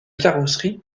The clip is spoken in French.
carrosserie